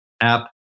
app